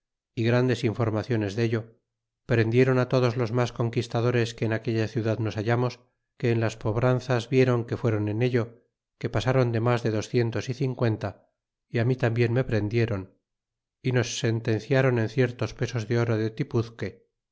y grandes informaciones dello prendieron todos los mas conquistadores que en aquella ciudad nos hallamos que en las pobranzas vieron que fuéron en ello que pasron de mas de docientos y cincuenta y mí tambien me prendieron y nos sentenciron en ciertos pesos de oro de tipuzque